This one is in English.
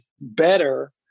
better